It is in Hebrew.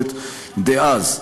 התקשורת דאז.